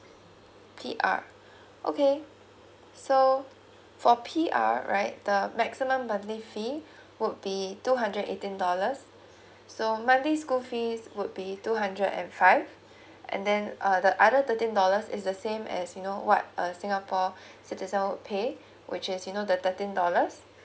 P_R okay so for P_R right the maximum monthly fee would be two hundred eighteen dollars so monthly school fees would be two hundred and five and then uh the other thirteen dollars is the same as you know what a singapore citizen would pay which is you know the thirteen dollars